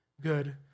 good